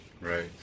Right